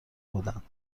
بودند